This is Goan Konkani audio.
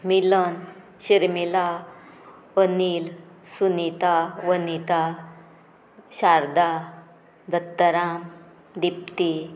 मिलन शर्मिला अनील सुनिता वनिता शारदा दत्तराम दिप्ती